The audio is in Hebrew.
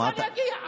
רצה להגיע.